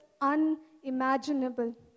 unimaginable